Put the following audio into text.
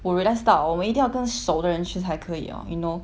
我 realize 到我们一定要跟熟的人去才可以 orh you know